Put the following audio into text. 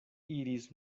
iris